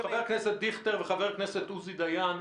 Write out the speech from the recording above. יש לנו את חבר הכנסת דיכטר ואת חבר הכנסת עוזי דיין,